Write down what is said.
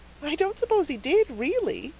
i don't suppose he did, really,